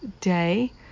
day